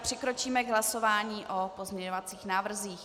Přikročíme k hlasování o pozměňovacích návrzích.